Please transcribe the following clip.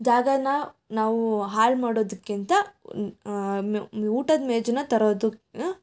ಜಾಗನ ನಾವು ಹಾಳು ಮಾಡೋದಕ್ಕಿಂತ ಊಟದ ಮೇಜನ್ನು ತರೋದನ್ನು